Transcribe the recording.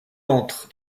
entre